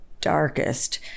darkest